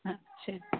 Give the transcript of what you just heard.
ആ ശരി